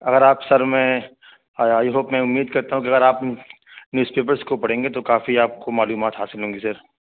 اگر آپ سر میں آئی ہوپ میں امید کرتا ہوں کہ اگر آپ نیوز پیپر کو پڑھیں گے تو کافی آپ کو معلومات حاصل ہوں گی سر